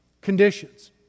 conditions